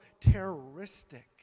terroristic